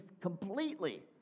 completely